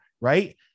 right